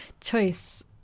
choice